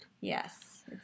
Yes